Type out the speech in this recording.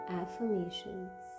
affirmations